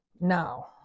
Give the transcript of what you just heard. now